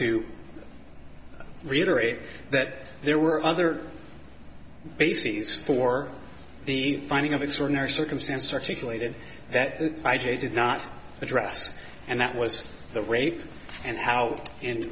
to reiterate that there were other bases for the finding of extraordinary circumstances articulated that i j did not address and that was the rape and how and